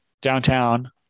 downtown